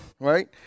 right